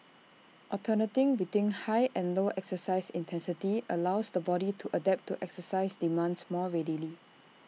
alternating between high and low exercise intensity allows the body to adapt to exercise demands more readily